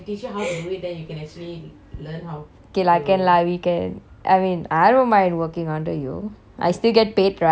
okay lah can lah we can I mean I don't mind working under you I still get paid right hello I'm not doing it for free